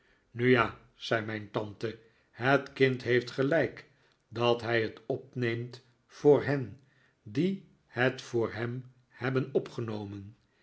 nu ja zei mijn tante het kind heeft gelijk dat hij het opneemt voor hen die het voor hem hebben opgenomen